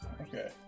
okay